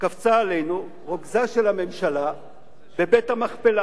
קפץ עלינו רוגזה של הממשלה בבית-המכפלה,